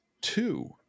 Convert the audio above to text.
two